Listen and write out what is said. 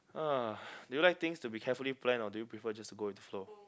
ah do you like things to be carefully planned or do you prefer just to go with the flow